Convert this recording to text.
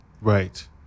Right